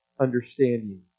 understanding